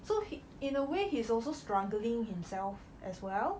so in a way he's also struggling himself as well